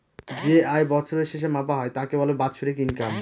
যে আয় বছরের শেষে মাপা হয় তাকে বলে বাৎসরিক ইনকাম